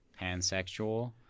pansexual